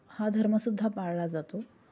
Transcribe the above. हा धर्मसुद्धा पाळला जातो